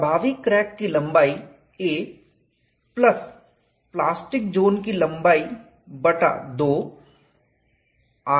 प्रभावी क्रैक की लंबाई a प्लस प्लास्टिक जोन की लंबाई बटा 2 rp बटा 2 है